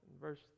verse